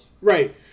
right